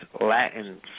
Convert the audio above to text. Latin